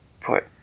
put